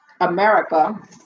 America